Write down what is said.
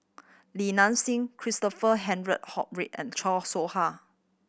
Li Nanxing Christopher Henry and Chan Soh Ha